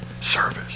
service